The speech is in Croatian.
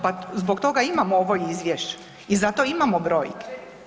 Pa zbog toga i imamo ovo izvješće i zato imamo broj.